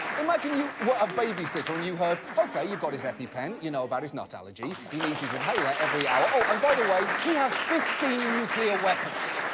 imagine you were a babysitter and you heard, okay, you've got his epipen, you know about his nut allergy, he needs his inhaler every hour, oh, and by the way, he has fifteen nuclear weapons.